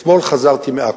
אתמול חזרתי מעכו,